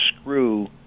screw